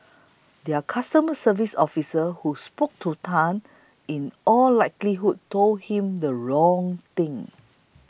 their customer service officer who spoke to Tan in all likelihood told him the wrong thing